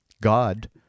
God